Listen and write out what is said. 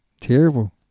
Terrible